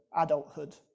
adulthood